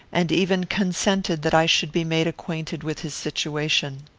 and even consented that i should be made acquainted with his situation.